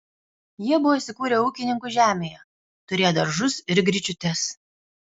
jie buvo įsikūrę ūkininkų žemėje turėjo daržus ir gryčiutes